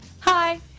Hi